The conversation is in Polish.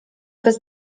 bez